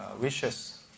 wishes